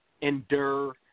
endure